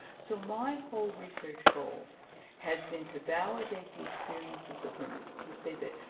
so my whole research goal has been to validate the experiences of women who say that,